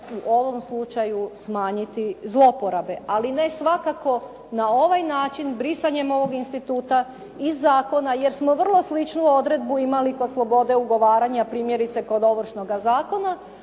u ovom slučaju smanjiti zlouporabe, ali ne svakako na ovaj način, brisanjem ovoga instituta i zakona jer smo vrlo sličnu odredbu imali kod slobode ugovaranja primjerice kod ovršnoga zakona